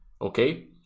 Okay